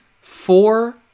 four